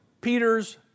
Peter's